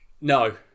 No